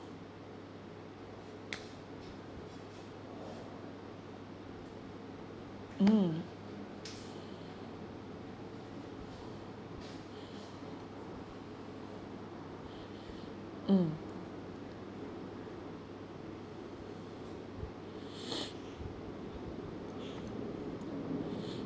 mm mm